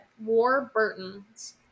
Warburton's